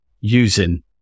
using